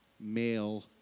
male